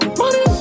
money